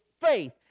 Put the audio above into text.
faith